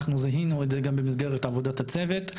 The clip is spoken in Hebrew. אנחנו זיהינו את זה גם במסגרת עבודת הצוות,